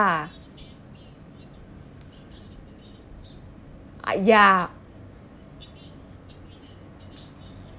ya ya